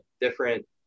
different